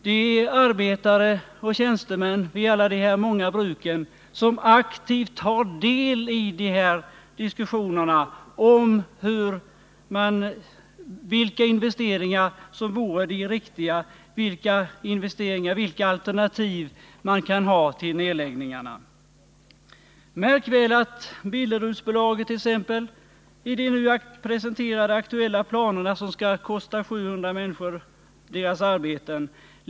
Det är arbetare och tjänstemän vid alla dessa många bruk som aktivt tar del i diskussionerna om vilka investeringar som vore de riktiga, om vilka alternativ som kan finnas till nedläggningarna. Märk väl att Billerudsbolaget t.ex. enligt sina nu presenterade aktuella planer, som skall kosta 700 människor deras arbeten.